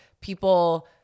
people